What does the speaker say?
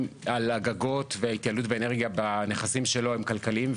על הגגות וההתייעלות באנרגיה בנכסים שלו הם כלכליים,